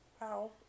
Wow